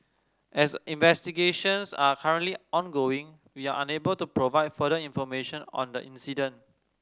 as investigations are currently ongoing we are unable to provide further information on the incident